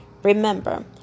Remember